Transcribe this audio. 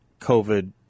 COVID